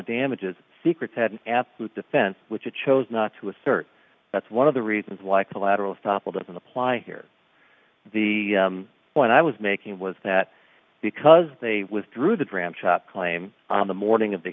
damages secrets had an absolute defense which you chose not to assert that's one of the reasons why collateral estoppel doesn't apply here the point i was making was that because they withdrew the dram shop claim on the morning of the